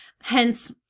hence